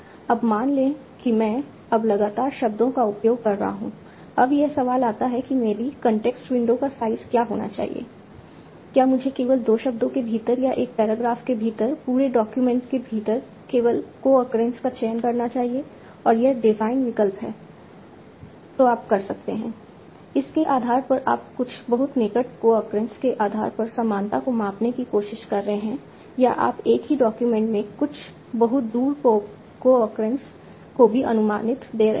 अब मान लें कि मैं अब लगातार शब्दों का उपयोग कर रहा हूं अब यह सवाल आता है कि मेरी कॉन्टेक्स्ट विंडो का साइज़ क्या होना चाहिए क्या मुझे केवल 2 शब्दों के भीतर या एक पैराग्राफ के भीतर पूरे डॉक्यूमेंट के भीतर केवल कोअक्रेंस का चयन करना चाहिए और यह डिज़ाइन विकल्प है जो आप कर सकते हैं उसके आधार पर आप कुछ बहुत निकट कोअक्रेंस के आधार पर समानता को मापने की कोशिश कर रहे हैं या आप एक ही डॉक्यूमेंट में कुछ बहुत दूर कोअक्रेंस को भी अनुमति दे रहे हैं